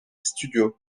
studios